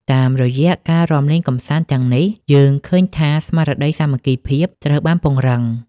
តាមរយៈការរាំលេងកម្សាន្តទាំងនេះ យើងឃើញថាស្មារតីសាមគ្គីភាពត្រូវបានពង្រឹង។